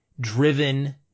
driven